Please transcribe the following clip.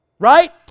Right